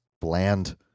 bland